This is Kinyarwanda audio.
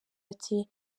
ati